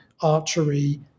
archery